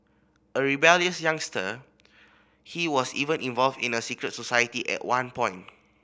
a rebellious youngster he was even involved in a secret society at one point